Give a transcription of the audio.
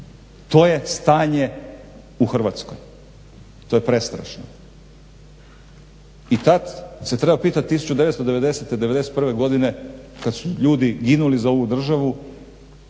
To je stanje u Hrvatskoj, to je prestrašno. I tad se treba pitat 1990., 1991. godine kad su ljudi ginuli za ovu državu